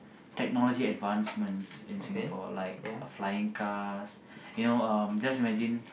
technology advancements in Singapore like flying cars you know um just imagine